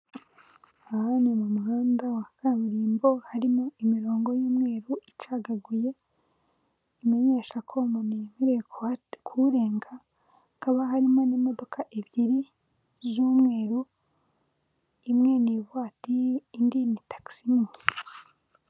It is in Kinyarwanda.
Ahani ni mu muhanda wa kaburimbo harimo imirongo y'umweru icagaguye imenyesha ko umuntu yemerewe kuha kuwurenga hakaba harimo n'imodoka ebyiri z'umweru imwe ni ivatiri indi ni taxi moto.